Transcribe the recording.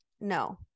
no